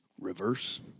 reverse